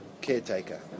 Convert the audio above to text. caretaker